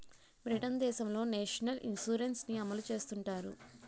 Britain దేశంలో national insurance ని అమలు చేస్తుంటారు